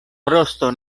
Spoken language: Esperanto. frosto